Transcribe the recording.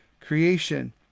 creation